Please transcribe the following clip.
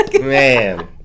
Man